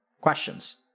Questions